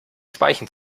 speichen